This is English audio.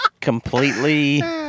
completely